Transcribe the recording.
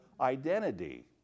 identity